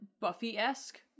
Buffy-esque